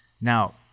now